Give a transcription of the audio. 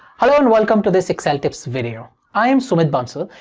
hello and welcome to this excel tips video. i am sumit bansal,